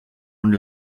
und